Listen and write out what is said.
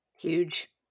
huge